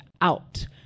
out